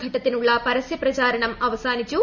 ഘട്ടത്തിനുള്ള പരസ്യ പ്രചാരണം അവസാനിച്ചു